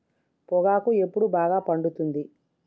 పొగాకు ఎప్పుడు బాగా పండుతుంది?